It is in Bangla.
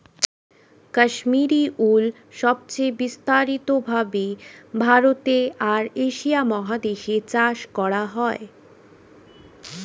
কাশ্মীরি উল সবচেয়ে বিস্তারিত ভাবে ভারতে আর এশিয়া মহাদেশে চাষ করা হয়